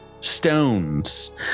stones